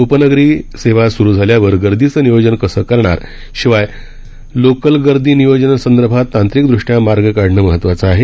उपनगरीय लोकल स्रु झाल्यावर गर्दीचं नियोजन कसं करणार शिवाय लोकल गर्दी नियोजन संदर्भात तांत्रिक ृष्ट्या मार्ग काढणं महत्वाचं आहे